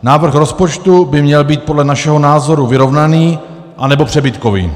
Návrh rozpočtu by měl být podle našeho názoru vyrovnaný, anebo přebytkový.